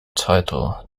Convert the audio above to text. title